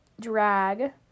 drag